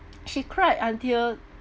she cried until